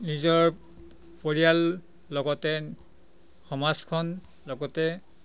নিজৰ পৰিয়াল লগতে সমাজখন লগতে